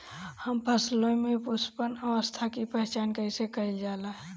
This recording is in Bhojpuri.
हम फसलों में पुष्पन अवस्था की पहचान कईसे कईल जाला?